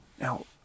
Now